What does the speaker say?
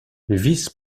vice